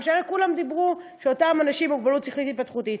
כולם דיברו על אנשים עם מוגבלות שכלית-התפתחותית.